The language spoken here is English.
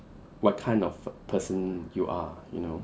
what kind of person you are you know